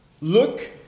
Look